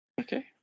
Okay